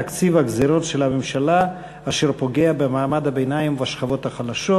תקציב הגזירות של הממשלה אשר פוגע במעמד הביניים ובשכבות החלשות.